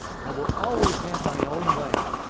i will always have my own way.